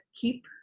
keep